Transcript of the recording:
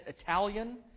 Italian